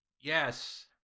Yes